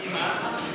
בערבית יש